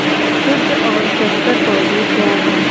शुद्ध और संकर पौधे क्या हैं?